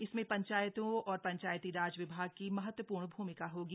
इसमें पंचायतों और पंचायतीराज विभाग की महत्वपूर्ण भूमिका होगी